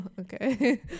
okay